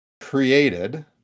created